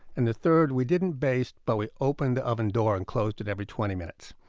and the third we didn't baste, but we opened the oven door and closed it every twenty minutes.